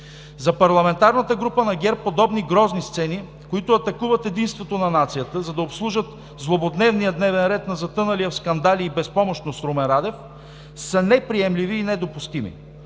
За парламентарната група на ГЕРБ подобни грозни сцени, които атакуват единството на нацията, за да обслужат злободневния дневен ред на затъналия в скандали и безпомощност Румен Радев, са неприемливи и недопустими.